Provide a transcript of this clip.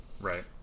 Right